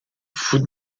foot